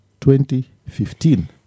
2015